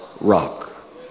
rock